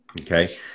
Okay